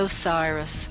Osiris